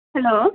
hello